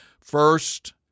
first